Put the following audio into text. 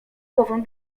głową